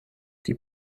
die